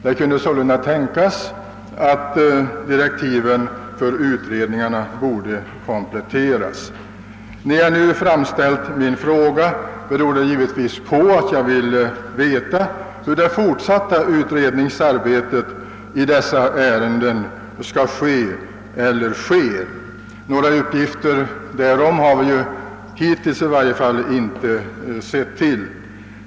Det kunde sålunda tänkas att direktiven för utredningarna borde kompletteras. När jag framställde min fråga berodde det på att jag ville veta hur det fortsatta utredningsarbetet i dessa aktuella ärendena skall ske eller sker. Några uppgifter därom har såvitt jag kunnat finna hittills inte lämnats.